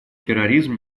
терроризм